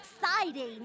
exciting